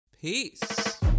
Peace